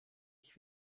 ich